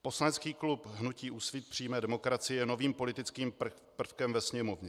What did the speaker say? Poslanecký klub hnutí Úsvit přímé demokracie je novým politickým prvkem ve Sněmovně.